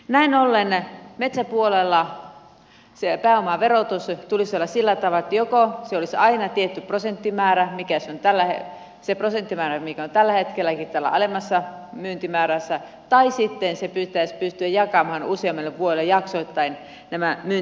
näin ollen metsäpuolella pääomaverotuksen tulisi olla sillä tavalla että joko se olisi aina tietty prosenttimäärä se prosenttimäärä mikä on tällä hetkelläkin alemmassa myyntimäärässä tai sitten pitäisi pystyä jakamaan useammalle vuodelle jaksoittain nämä myyntitulot